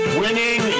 winning